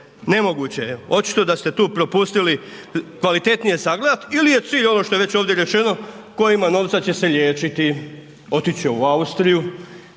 Nemoguće je. Očito da ste tu propustili kvalitetnije sagledati ili je cilj ovo što je već ovdje rečeno tko ima novca će se liječiti. Otići će u Austriju